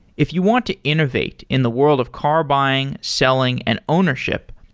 if you want to innovate in the world of car buying, selling and ownership,